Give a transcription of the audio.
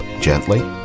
gently